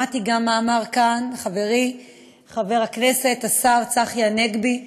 שמעתי גם מה אמר כאן חברי חבר הכנסת השר צחי הנגבי.